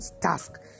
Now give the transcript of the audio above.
task